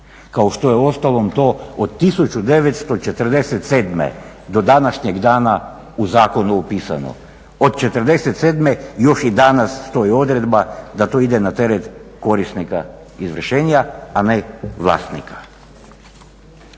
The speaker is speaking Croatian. kao što je u ostalom to od 1947. do današnjeg dana u zakonu upisano. Od '47. još i danas stoji odredba da to ide na teret korisnika izvršenja a ne vlasnika.